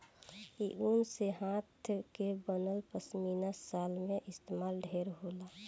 इ ऊन से हाथ के बनल पश्मीना शाल में इस्तमाल ढेर होला